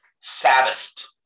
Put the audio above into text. Sabbath